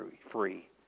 free